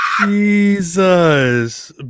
Jesus